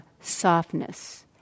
softness